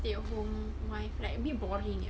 stay at home wife like a bit boring eh